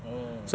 orh